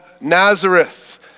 Nazareth